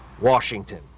Washington